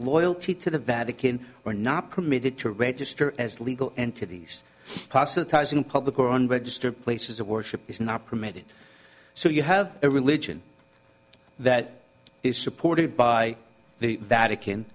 loyalty to the vatican are not permitted to register as legal entities proselytizing in public or unregistered places of worship is not permitted so you have a religion that is supported by the vatican